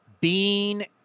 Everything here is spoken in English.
Bean